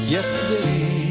Yesterday